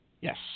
Yes